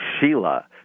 Sheila